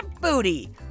booty